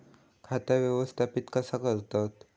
खाता व्यवस्थापित कसा करतत?